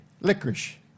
Licorice